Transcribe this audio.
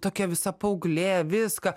tokia visa paauglė viską